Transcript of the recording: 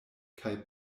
kaj